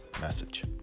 message